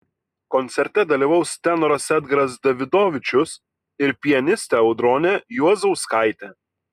koncerte dalyvaus tenoras edgaras davidovičius ir pianistė audronė juozauskaitė